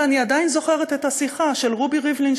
ואני עדיין זוכרת את השיחה של רובי ריבלין,